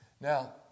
Now